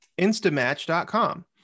instamatch.com